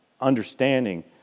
understanding